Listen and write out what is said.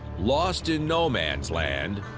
lost in no-man's land.